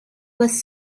was